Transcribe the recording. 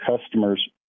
customers